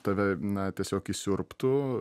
tave na tiesiog įsiurbtų